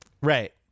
right